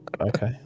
Okay